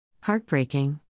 Heartbreaking